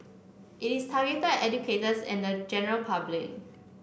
it is targeted at educators and the general public